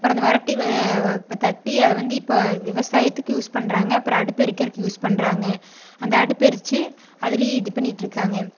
அப்புறம் அந்த வறட்டி வ தட்டி அதை வந்து இப்போ விவசாயத்துக்கு யூஸ் பண்ணுறாங்க அப்புறம் அடுப்பு எரிக்குறதுக்கு யூஸ் பண்ணுறாங்க அந்த அடுப்பு எரிச்சு அதுலேயே இது பண்ணிட்டு இருக்காங்க